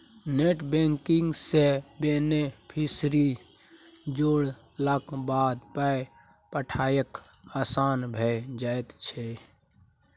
net banking सँ beneficiary जोड़लाक बाद पाय पठायब आसान भऽ जाइत छै